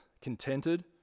contented